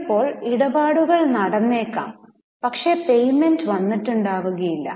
ചിലപ്പോൾ ഇടപാടുകൾ നടന്നേക്കാം പക്ഷേ പേയ്മെന്റ് വന്നിട്ടുണ്ടാവുകയില്ല